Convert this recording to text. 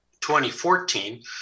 2014